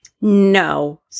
No